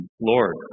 Lord